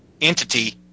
entity